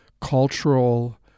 cultural